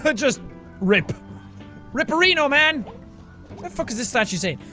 but just rip riporino man! the fuck does this statue say?